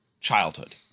childhood